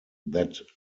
that